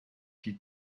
die